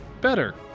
better